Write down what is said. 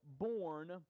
born